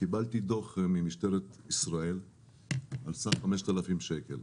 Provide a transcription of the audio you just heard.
קיבלתי דוח ממשטרת ישראל על סך 5,000 שקל.